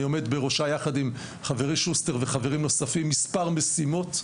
עומד בראשה עם חברי שוסטר וחברים נוספים מספר משימות.